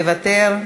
מוותר.